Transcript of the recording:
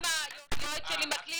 גם היועץ שלי מקליט,